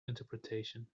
interpretation